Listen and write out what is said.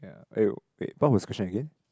ya eh wait what was question again